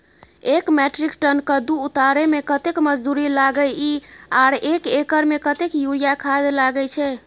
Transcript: एक metric ton कद्दू उतारे में कतेक मजदूरी लागे इ आर एक एकर में कतेक यूरिया खाद लागे छै?